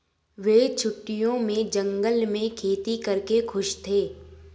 वे छुट्टियों में जंगल में खेती करके खुश थे